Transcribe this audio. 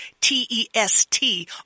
T-E-S-T